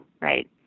right